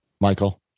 michael